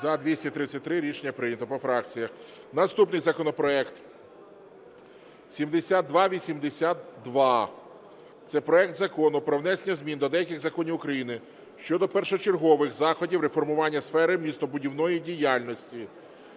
За-233 Рішення прийнято. По фракціях. Наступний законопроект 7282, це проект Закону про внесення змін до деяких законів України щодо першочергових заходів реформування сфери містобудівної діяльності.